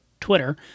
Twitter